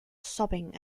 sobbing